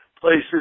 places